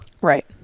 Right